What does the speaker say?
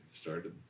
started